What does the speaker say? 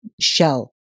shell